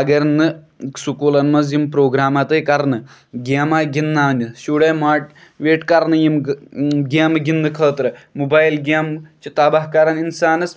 اَگر نہٕ سکوٗلن منٛز یِم پروگرامات آیہِ کرنہٕ گیمہٕ آیہِ گِندناونہٕ شُرۍ آیہِ ماٹِویٹ کرنہٕ یِم گیمہٕ گِندنہٕ خٲطرٕ موبایل گیمہٕ چھِ تَباہ کران اِنسانَس